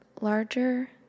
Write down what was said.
larger